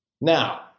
now